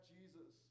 Jesus